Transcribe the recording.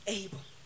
able